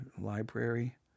library